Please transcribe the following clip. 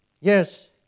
Yes